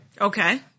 Okay